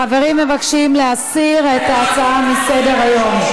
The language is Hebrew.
החברים מבקשים להסיר את ההצעה מסדר-היום.